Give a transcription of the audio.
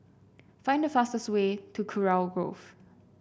find the fastest way to Kurau Grove